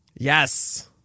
Yes